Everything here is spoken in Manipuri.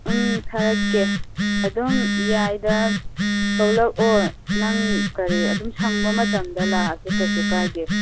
ꯎꯝ ꯊꯥꯔꯛꯀꯦ ꯑꯗꯨꯝ ꯌꯥꯏꯗ ꯊꯣꯛꯂꯛꯑꯣ ꯅꯪ ꯀꯔꯤ ꯑꯗꯨ ꯁꯪꯕ ꯃꯇꯝꯗ ꯂꯥꯛꯑꯁꯨ ꯀꯩꯁꯨ ꯀꯥꯏꯗꯦ